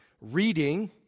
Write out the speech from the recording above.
reading